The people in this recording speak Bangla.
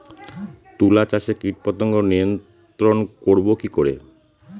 তুলা চাষে কীটপতঙ্গ নিয়ন্ত্রণর করব কি করে?